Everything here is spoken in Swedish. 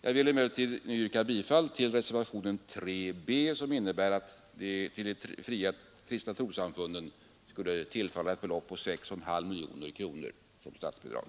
Jag vill emellertid nu yrka bifall till reservationen 3 b, som innebär att ett belopp på 6,5 miljoner kronor skulle tillfalla de fria kristna trossamfunden som statsbidrag.